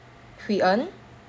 hui en